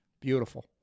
Beautiful